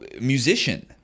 musician